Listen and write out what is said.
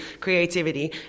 creativity